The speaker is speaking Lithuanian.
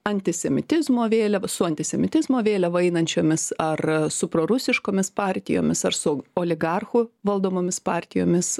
antisemitizmo vėliava su antisemitizmo vėliava einančiomis ar su prorusiškomis partijomis ar su oligarchų valdomomis partijomis